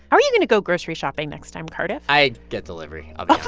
how are you going to go grocery shopping next time, cardiff? i get delivery. ah but